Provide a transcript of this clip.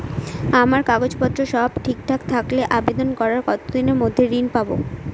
আমার কাগজ পত্র সব ঠিকঠাক থাকলে আবেদন করার কতদিনের মধ্যে ঋণ পাব?